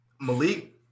Malik